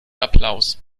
applaus